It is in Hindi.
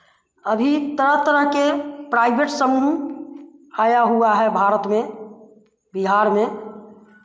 अभी तरह तरह के प्राइवेट समूह आया हुआ है भारत में बिहार में